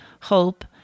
hope